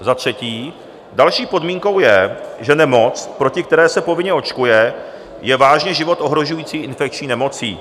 Za třetí, další podmínkou je, že nemoc, proti které se povinně očkuje, je vážně život ohrožující infekční nemocí.